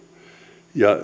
ja